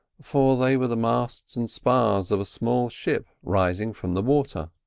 for they were the masts and spars of a small ship rising from the water.